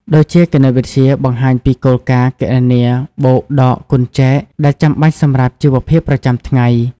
ដូចជាគណិតវិទ្យា បង្ហាញពីគោលការណ៍គណនាបូក ដក គុណ ចែក ដែលចាំបាច់សម្រាប់ជីវភាពប្រចាំថ្ងៃ។